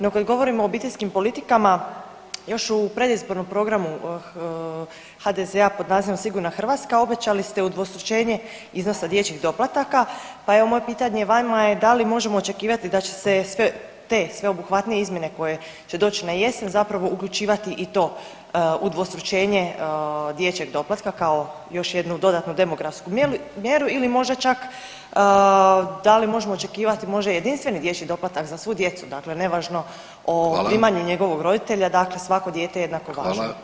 No, kad govorimo o obiteljskim politikama još u predizbornom programu HDZ-a pod nazivom Sigurna Hrvatska obećali ste udvostručenje iznosa dječjih doplataka, pa evo moje pitanje vama je da li možemo očekivati da će se sve te sveobuhvatne izmjene koje će doći na jesen zapravo uključivati i to udvostručenje dječjeg doplatka kao još dodatnu demografsku mjeru ili možda čak da li možemo očekivati možda jedinstveni dječji doplatak za svu djecu, dakle nevažno o primanju [[Upadica: Hvala.]] njegovog roditelja, dakle svako dijete je jednako važno.